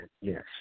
Yes